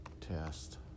test